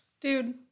Dude